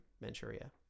Manchuria